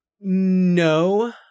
no